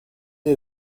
est